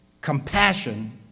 compassion